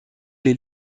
les